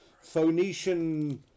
phoenician